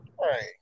Right